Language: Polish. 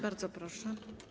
Bardzo proszę.